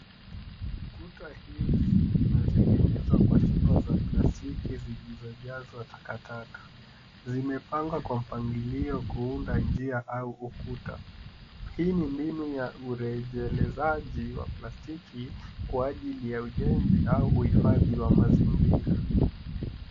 Kuta hizi zinazotengenezwa kwa chupa za plastiki zilizo jazwa takataka zimepangwa kwa mpangilio kuunda njia au ukuta hii ni mbinu ya ulejelezaji wa plastiki kwa ajili ya ujenzi au uhifadhi wa mazingira.